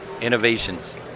innovations